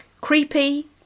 creepy